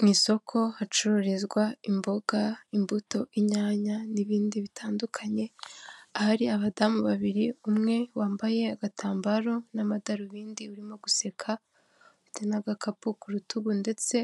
Mu isoko hacururizwa imboga, imbuto, inyanya n'ibindi bitandukanye hari abadamu babiri umwe wambaye agatambaro n'amadarubindi urimo guseka ufite n'agakapu ku rutugu ndetse